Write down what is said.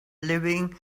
living